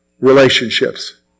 relationships